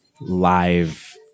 live